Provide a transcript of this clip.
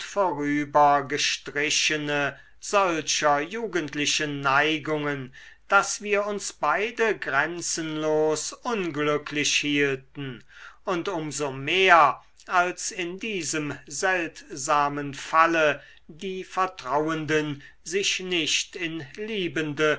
vorübergestrichene solcher jugendlichen neigungen daß wir uns beide grenzenlos unglücklich hielten und um so mehr als in diesem seltsamen falle die vertrauenden sich nicht in liebende